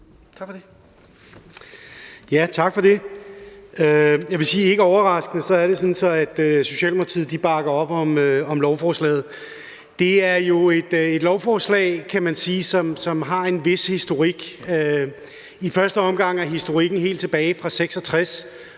Tak for det.